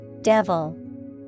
Devil